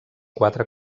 quatre